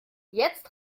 jetzt